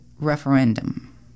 referendum